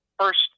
first –